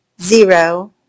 zero